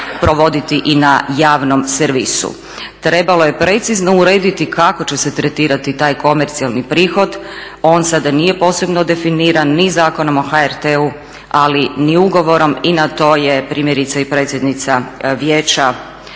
provoditi i na javnom servisu. Trebalo je precizno urediti kako će se tretirati taj komercijalni prihod. On sada nije posebno definiran ni Zakonom o HRT-u, ali ni ugovorom i na to je primjerice i predsjednica Vijeća